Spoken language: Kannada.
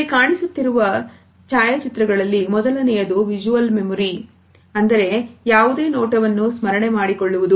ಇಲ್ಲಿ ಕಾಣಿಸುತ್ತಿರುವ ಛಾಯಾಚಿತ್ರಗಳಲ್ಲಿ ಮೊದಲನೆಯದು visual memory ಅಂದರೆ ಯಾವುದೇ ನೋಟವನ್ನು ಸ್ಮರಣೆ ಮಾಡಿಕೊಳ್ಳುವುದು